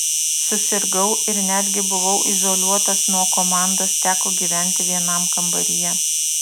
susirgau ir netgi buvau izoliuotas nuo komandos teko gyventi vienam kambaryje